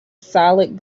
solid